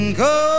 go